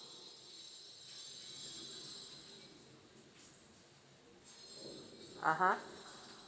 (uh huh)